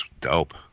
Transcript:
Dope